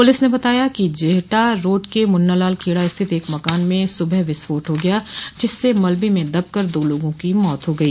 police ने बताया है कि जेहटा रोड के मुन्नालाल खेड़ा स्थित एक मकान में सुबह विस्फोट हो गया जिससे मलबे में दबकर दो लोगों की मौत हो गई